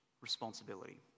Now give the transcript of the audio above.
responsibility